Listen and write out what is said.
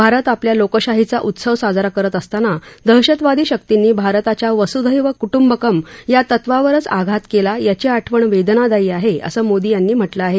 भारत आपल्या लोकशाहीचा उत्सव साजरा करत असताना दहशतवादी शक्तींनी भारताच्या वसुधैव क्ट्रंबकम या तत्वावरच आघात केला याची आठवण वेदनादायी आहे असं मोदी यांनी म्हटलं आहे